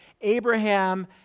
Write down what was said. abraham